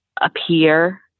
appear